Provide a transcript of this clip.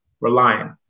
Reliance